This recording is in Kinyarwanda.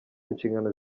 nshingano